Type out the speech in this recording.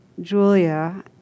Julia